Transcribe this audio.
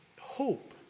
hope